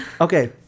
okay